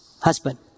Husband